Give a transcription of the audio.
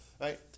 right